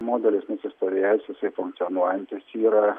modelis nusistovėjęs jisai funkcionuojantis yra